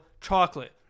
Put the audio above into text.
chocolate